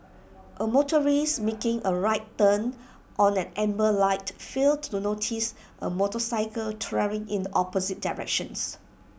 A motorist making A right turn on an amber light failed to notice A motorcycle travelling in the opposite directions